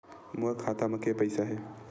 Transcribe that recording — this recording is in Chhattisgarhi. मोर खाता म के पईसा हे?